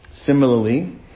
similarly